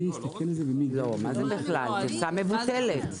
טיסה מבוטלת.